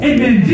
Amen